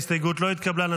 ההסתייגות לא התקבלה.